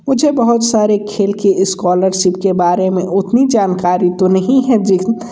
मुझे बहुत सारे खेल के एस्कॉलरसिप के बारे उतनी जानकारी तो नहीं है जिन